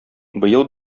быел